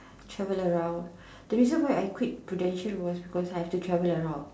travel around the reason why I quit Prudential was cause I have to travel around